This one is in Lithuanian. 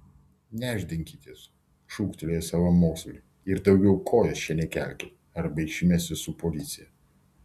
nešdinkitės šūktelėjo savamoksliui ir daugiau kojos čia nekelkit arba išmesiu su policija